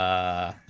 a